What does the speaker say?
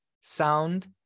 sound